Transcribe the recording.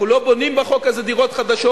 אנחנו לא בונים בחוק הזה דירות חדשות.